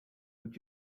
that